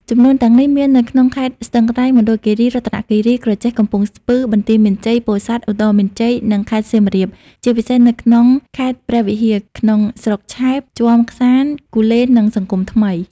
ចំនួនទាំងនេះមាននៅក្នុងខេត្តស្ទឹងត្រែង មណ្ឌលគិរី រតនគិរី ក្រចេះ កំពង់ស្ពឺ បន្ទាយមានជ័យ ពោធិ៍សាត់ ឧត្តរមានជ័យ និងខេត្តសៀមរាបជាពិសេសនៅក្នុងខេត្តព្រះវិហារ ក្នុងស្រុកឆែប ជាំក្សាន្ត គូលែននិងសង្គមថ្មី។